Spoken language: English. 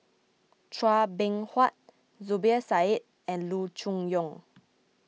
Chua Beng Huat Zubir Said and Loo Choon Yong